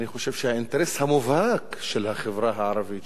אני חושב שהאינטרס המובהק של החברה הערבית,